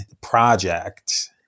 project